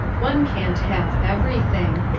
one can't have everything!